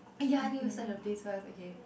oh ya I need to search the place first okay